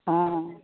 অঁ